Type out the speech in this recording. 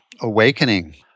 awakening